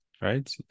right